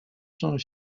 sont